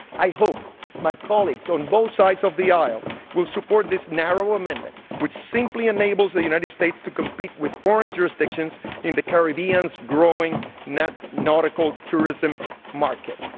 i hope my colleagues on both sides of the aisle will support this narrow amendment which simply enables the united states to compete with foreign jurisdictions in the caribbean's growing nautical tourism market.